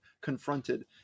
confronted